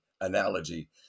analogy